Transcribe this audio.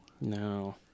no